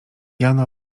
jano